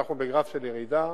ואנחנו בגרף של ירידה,